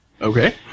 Okay